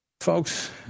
folks